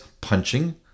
punching